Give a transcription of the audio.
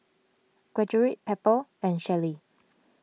Gertrude Pepper and Shelley